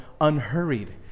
unhurried